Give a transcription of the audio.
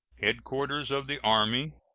headquarters of the army,